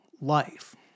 life